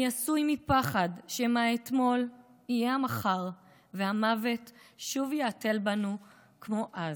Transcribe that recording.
/ אני עשוי מפחד שמא האתמול יהיה המחר / והמוות שוב יהתל בנו כמו אז,